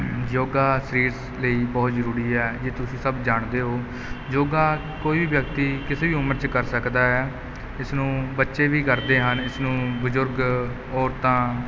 ਯੋਗਾ ਸਰੀਰ ਲਈ ਬਹੁਤ ਜ਼ਰੂਰੀ ਹੈ ਜੋ ਤੁਸੀਂ ਸਭ ਜਾਣਦੇ ਹੋ ਯੋਗਾ ਕੋਈ ਵੀ ਵਿਅਕਤੀ ਕਿਸੇ ਵੀ ਉਮਰ 'ਚ ਕਰ ਸਕਦਾ ਹੈ ਇਸਨੂੰ ਬੱਚੇ ਵੀ ਕਰਦੇ ਹਨ ਇਸਨੂੰ ਬਜ਼ੁਰਗ ਔਰਤਾਂ